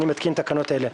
אני מתקין תקנות אלה: